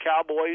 Cowboys